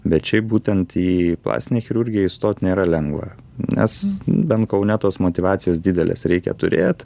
bet šiaip būtent į plastinę chirurgiją įstot nėra lengva nes bent kaune tos motyvacijos didelės reikia turėt